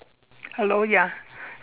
hello ya